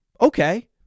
okay